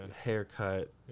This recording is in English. haircut